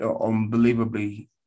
unbelievably